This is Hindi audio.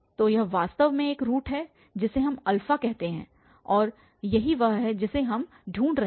तो यह वास्तव में एक रूट है जिसे हम कहते हैं और यही वह है जिसे हम ढूंढ रहे हैं